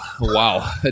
wow